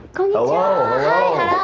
hello!